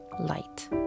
light